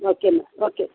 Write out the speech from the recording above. ఓకేనండి ఓకే